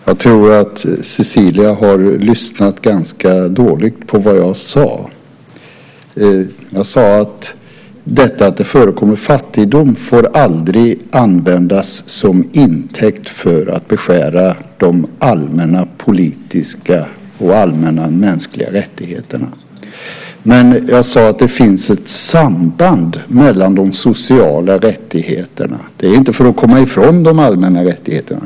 Fru talman! Jag tror att Cecilia har lyssnat dåligt på vad jag har sagt. Jag sade att detta att det förekommer fattigdom aldrig får tas till intäkt för att beskära de allmänna politiska och allmänna mänskliga rättigheterna. Jag sade att det finns ett samband mellan de sociala rättigheterna. Det är inte för att komma ifrån de allmänna rättigheterna.